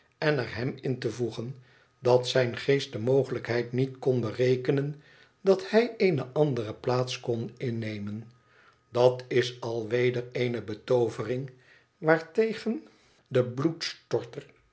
en er hem in te voegen dat zijn eest de mogelijkheid niet kon berekenen dat hij eene andere plaats kon mnemen dat is al weder eene betoovering waartegen de